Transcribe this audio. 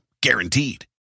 Guaranteed